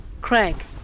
Craig